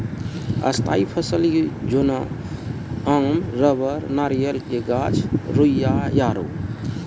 स्थायी फसल जेना आम रबड़ नारियल के गाछ रुइया आरु